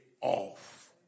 off